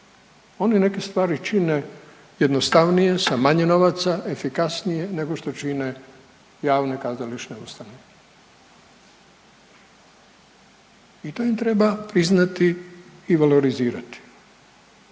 oni neke stvari čine jednostavnije sa manje novaca, efikasnije nego što čine javne kazališne ustanove i to im treba priznati i valorizirati.